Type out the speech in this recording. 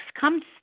comes